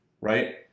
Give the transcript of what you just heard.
right